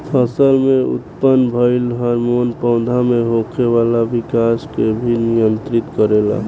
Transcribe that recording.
फसल में उत्पन्न भइल हार्मोन पौधा में होखे वाला विकाश के भी नियंत्रित करेला